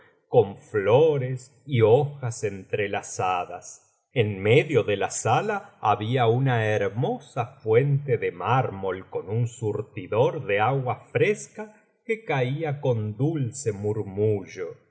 con flores y hojas entrelazadas en medio de la sala había una hermosa fuente de mármol con un surtidor de agua fresca que caía con dulce murmullo una